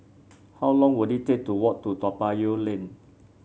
how long will it take to walk to Toa Payoh Lane